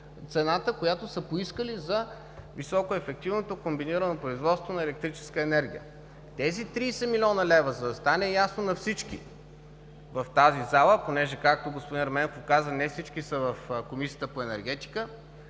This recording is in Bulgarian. цената, която са поискали за високоефективното комбинирано производство на електрическа енергия. За да стане ясно на всички в тази зала, понеже както господин Ерменков каза: „не всички са в Комисията по енергетика“,